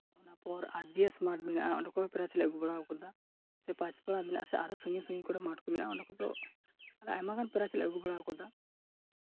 ᱚᱱᱟ ᱯᱚᱨ ᱟᱨ ᱡᱮ ᱮᱥ ᱢᱟᱴᱷ ᱢᱮᱱᱟᱜᱼᱟ ᱚᱸᱰᱮ ᱠᱷᱚᱱ ᱦᱚᱸ ᱯᱨᱟᱭᱤᱡᱽ ᱞᱮ ᱟᱹᱜᱩ ᱵᱟᱲᱟᱣ ᱠᱟᱫᱟ ᱥᱮ ᱯᱟᱸᱪ ᱯᱟᱲᱟ ᱢᱮᱱᱟᱜᱼᱟ ᱥᱮ ᱟᱨᱦᱚᱸ ᱥᱟᱺᱜᱤᱧ ᱥᱟᱺᱜᱤᱧ ᱠᱚᱨᱮ ᱢᱟᱴᱷ ᱠᱚ ᱢᱮᱱᱟᱜᱼᱟ ᱚᱱᱟ ᱠᱚᱫᱚ ᱢᱟᱱᱮ ᱟᱭᱢᱟ ᱜᱟᱱ ᱯᱨᱟᱭᱤᱡᱽ ᱞᱮ ᱟᱹᱜᱩ ᱵᱟᱲᱟᱣ ᱠᱟᱫᱟ